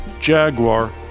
Jaguar